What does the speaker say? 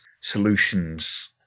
solutions